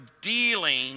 dealing